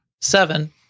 seven